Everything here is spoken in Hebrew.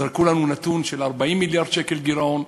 זרקו לנו נתון של 40 מיליארד שקל גירעון,